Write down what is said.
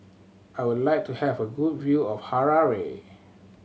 I would like to have a good view of Harare